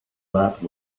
that